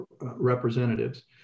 representatives